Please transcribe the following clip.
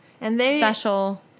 special